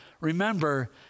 Remember